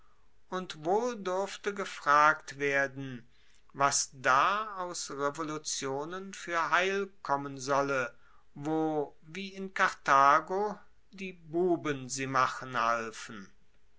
und wohl durfte gefragt werden was da aus revolutionen fuer heil kommen solle wo wie in karthago die buben sie machen halfen